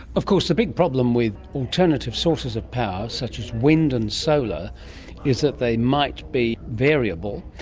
of course the big problem with alternative sources of power such as wind and solar is that they might be variable,